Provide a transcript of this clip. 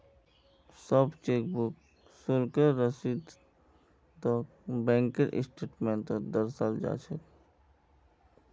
सब चेकबुक शुल्केर रसीदक बैंकेर स्टेटमेन्टत दर्शाल जा छेक